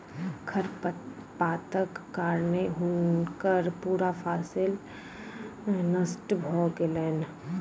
खरपातक कारणें हुनकर पूरा फसिल नष्ट भ गेलैन